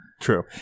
True